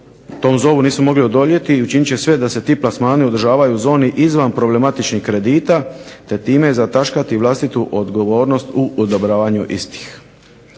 to zovu nisu mogli odoljeti i učiniti će sve da se ti plasmani održavaju u zoni izvan problematičnih kredita te time zataškati vlastitu odgovornost u odobravanju istih.